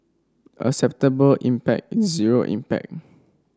acceptable impact is zero impact